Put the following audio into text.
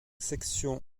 sections